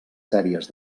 sèries